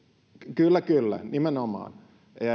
kyllä kyllä nimenomaan